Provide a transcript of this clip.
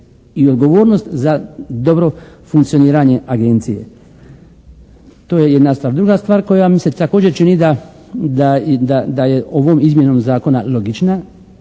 i odgovornost za dobro funkcioniranje agencije. To je jedna stvar. Druga stvar koja mi se također čini da je ovom izmjenom Zakona logična